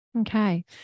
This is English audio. Okay